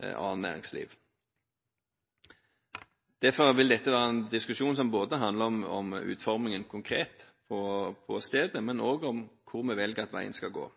annet næringsliv blomstrer eller dør ut. Derfor vil dette være en diskusjon som handler både om den konkrete utformingen på stedet og også handler om hvor vi velger at veien skal gå.